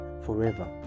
forever